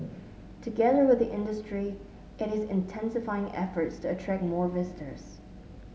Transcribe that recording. together with the industry it is intensifying efforts to attract more visitors